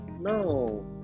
No